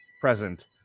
present